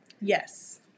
Yes